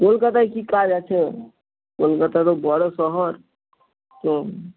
কলকাতায় কী কাজ আছে কলকাতা তো বড়ো শহর তো